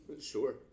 Sure